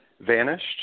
vanished